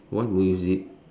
what music